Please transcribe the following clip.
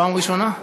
פעם ראשונה.